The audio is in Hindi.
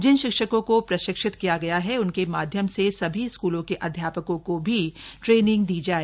जिन शिक्षकों को प्रशिक्षित किया गया है उनके माध्यम से सभी स्कूलों के अध्यापकों को भी ट्रेनिंग दी जाए